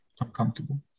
uncomfortable